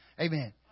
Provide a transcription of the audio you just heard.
Amen